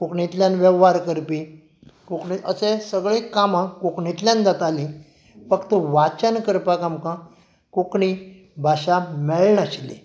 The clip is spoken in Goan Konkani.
कोंकणींतल्यान वेव्हार करपी अशे सगलीं कामां कोंकणींतल्यान जातालीं फक्त वाचन करपाक आमकां कोंकणी भाशा मेळनाशिल्ली